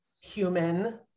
human